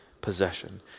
possession